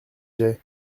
j’aie